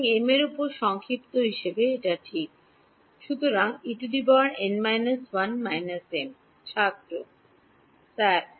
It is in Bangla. সুতরাং m র উপর সংক্ষেপ হিসাবে এটি ঠিক সুতরাং ছাত্র স্যার